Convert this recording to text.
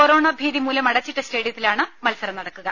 corona ഭീതി മൂലം അടച്ചിട്ട സ്റ്റേഡിയത്തിലാണ് മത്സരം നടക്കുക